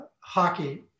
hockey